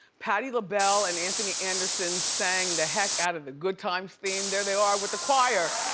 patti labelle and anthony anderson sang the heck out of the good times theme. there they are with the choir.